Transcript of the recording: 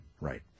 Right